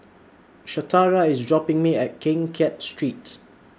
Shatara IS dropping Me off At Keng Kiat Street